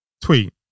Tweet